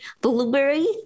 blueberry